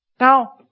Now